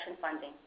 funding